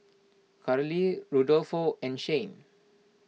Carli Rudolfo and Shane